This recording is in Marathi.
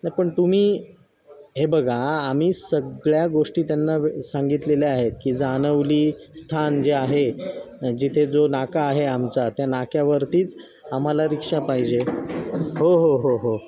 नाही पण तुम्ही हे बघा आम्ही सगळ्या गोष्टी त्यांना वे सांगितलेल्या आहेत की जानवली स्थान जे आहे जिथे जो नाका आहे आमचा त्या नाक्यावरतीच आम्हाला रिक्षा पाहिजे हो हो हो हो